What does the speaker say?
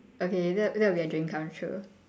okay that that will be a dream come true